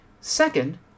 Second